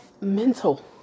mental